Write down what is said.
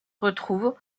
retrouvent